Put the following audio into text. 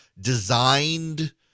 designed